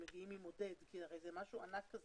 מקרקעין שמגיעים ממודד כי הרי זה משהו ענק.